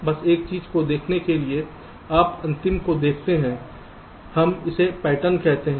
बस एक चीज को देखने के लिए आप अंतिम को देखते हैं हम इसे पैटर्न कहते हैं